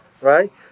right